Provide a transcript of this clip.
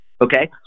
Okay